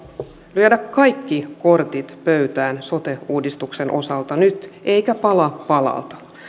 lyödä kaikki kortit pöytään sote uudistuksen osalta nyt eikä pala palalta